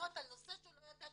לענות על נושא שהוא לא ידע שיעלה.